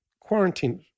Quarantine